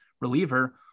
reliever